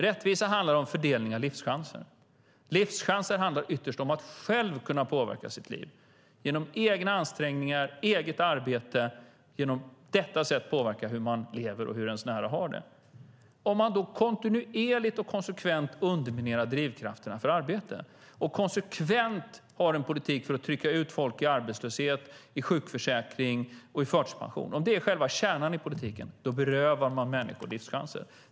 Rättvisa handlar om fördelning av livschanser. Livschanser handlar ytterst om att själv kunna påverka sitt liv genom egna ansträngningar, eget arbete och genom att på detta sätt påverka hur man lever och hur ens nära har det. Om man kontinuerligt och konsekvent har som kärna i politiken att underminera drivkrafterna för arbete och konsekvent har en politik för att trycka ut folk i arbetslöshet, i sjukförsäkring och i förtidspension berövar man människor livschanser.